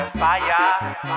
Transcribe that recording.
fire